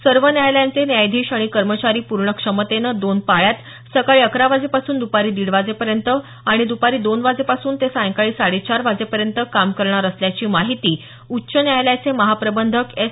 सर्व न्यायालयांचे न्यायाधीश आणि कर्मचारी पूर्ण क्षमतेनं दोन पाळ्यांत सकाळी अकरा वाजेपासून द्पारी दीड वाजेपर्यँत आणि द्पारी दोन वाजेपासून ते सायंकाळी साडेचार वाजेपर्यंत काम करणार असल्याची माहिती उच्च न्यायालयाचे महाप्रबंधक एस